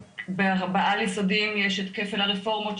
בעל יסודי יש את כפל הרפורמות,